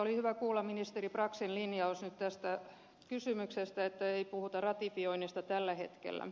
oli hyvä kuulla ministeri braxin linjaus nyt tästä kysymyksestä että ei puhuta ratifioinnista tällä hetkellä